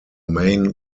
main